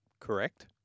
Correct